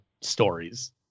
stories